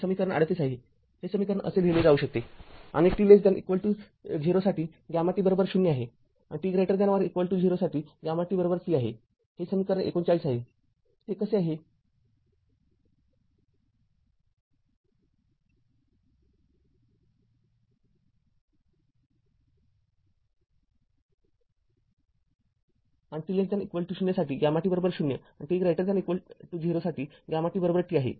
हे समीकरण ३८ आहे हे समीकरण असे लिहिले जाऊ शकते आणि t equal to 0 साठी γt 0 आणि t greater than or equal to 0 साठी γt t आहे